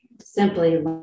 simply